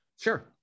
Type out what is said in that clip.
Sure